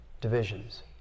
divisions